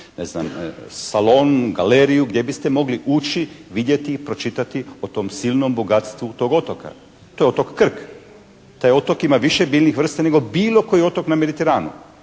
ne znam salon, galeriju gdje biste moći ući, vidjeti i pročitati o tom silnom bogatstvu tog otoka? To je otok Krk. Taj otok ima više biljnih vrsta nego bilo koji otok na Mediteranu,